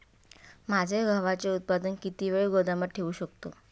माझे गव्हाचे उत्पादन किती वेळ गोदामात ठेवू शकतो?